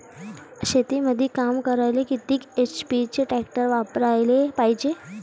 शेतीमंदी काम करायले किती एच.पी चे ट्रॅक्टर वापरायले पायजे?